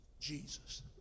Jesus